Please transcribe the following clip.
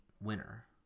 winner